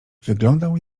wyglądał